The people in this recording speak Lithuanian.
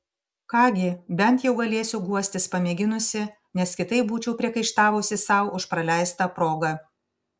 ką gi bent jau galėsiu guostis pamėginusi nes kitaip būčiau priekaištavusi sau už praleistą progą